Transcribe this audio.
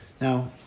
Now